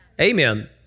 Amen